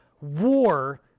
war